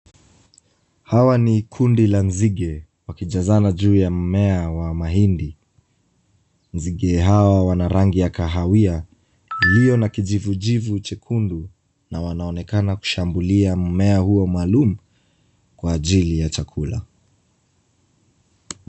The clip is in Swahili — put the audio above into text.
Hawa ni kundi la nzige wakijazana juu ya mmea wa mahindi. Nzige hao wana rangi ya kawia iliyo na kijivujivu chekundu na wanaonekana kushambulia mmea huo maalum kwa ajili ya chakula.